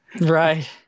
Right